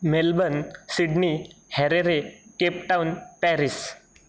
Melbourne Sydney Harare Cape Town Paris